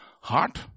heart